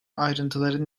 ayrıntıları